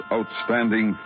Outstanding